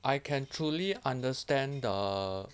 I can truly understand the